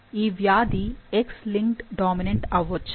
ఈ వ్యాధి X linked dominant అవ్వొచ్చా